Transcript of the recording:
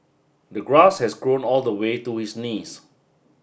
the grass has grown all the way to his knees